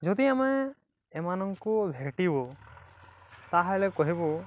ଯଦି ଆମେ ଏମାନଙ୍କୁ ଭେଟିବୁ ତା'ହେଲେ କହିବୁ